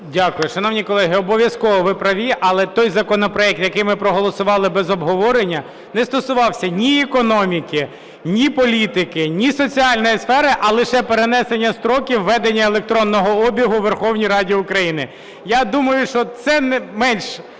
Дякую. Шановні колеги, обов'язково, ви праві. Але той законопроект, який ми проголосували без обговорення, не стосувався ні економіки, ні політики, ні соціальної сфери, а лише перенесення строків введення електронного обігу у Верховній Раді України.